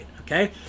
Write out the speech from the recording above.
Okay